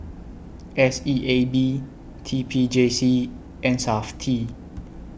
S E A B T P J C and Safti